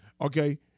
Okay